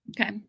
okay